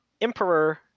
Emperor